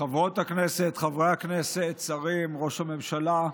חברות הכנסת, חברי הכנסת, שרים, ראש הממשלה,